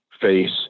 face